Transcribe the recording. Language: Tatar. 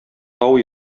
тау